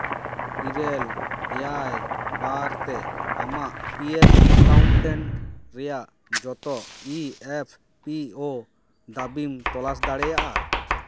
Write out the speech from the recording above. ᱤᱨᱟᱹᱞ ᱮᱭᱟᱭ ᱵᱟᱨ ᱛᱮ ᱟᱢᱟᱜ ᱯᱤ ᱮᱯᱷ ᱮᱠᱟᱣᱩᱱᱴᱮᱱᱴ ᱨᱮᱭᱟᱜ ᱡᱚᱛᱚ ᱤ ᱮᱯᱷ ᱯᱤ ᱳ ᱫᱟᱵᱤᱢ ᱛᱚᱞᱟᱥ ᱫᱟᱲᱮᱭᱟᱜᱼᱟ